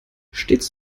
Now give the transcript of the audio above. stets